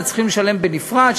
אלא צריכים לשלם את זה בנפרד,